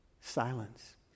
silence